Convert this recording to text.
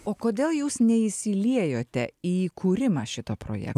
o kodėl jūs neįsiliejote į kūrimą šito projekto